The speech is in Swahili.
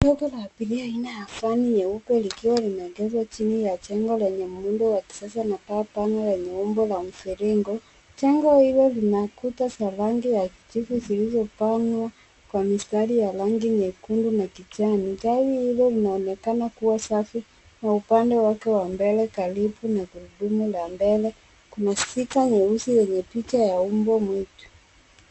Gari la abiria aina ya van nyeupe likiwa limeegezwa chini ya jengo lenye muundo wa kisasa na paa nene yenye muundo wa mviringo. Jengo hili lina ukuta za rangi ya kijivu zilizopangwa kwa mstari wa rangi nyekundu na kijani. Gari hilo linaonekana kuwa safi. Na upande wake wa mbele karibu na gurudumu la mbele kuna sticker nyeusi yenye picha ya mbwa mwitu.